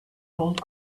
gold